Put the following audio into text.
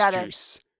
juice